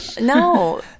no